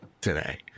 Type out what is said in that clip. today